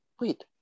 Wait